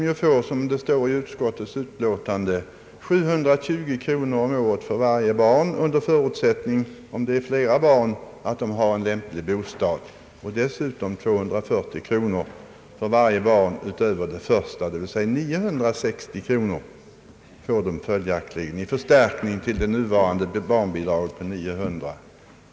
Här kan — som det står i utskottsutlåtandet — utgå 720 kronor om året för varje barn under förutsättning att lämplig bostad finns och familjen har flera barn och därtill 240 kronor för varje barn utöver det första, dvs. en förstärkning med 960 kronor Om förbättrat stöd till barnfamiljer ovanpå det nuvarande barnbidraget på 900 kronor.